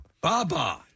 Baba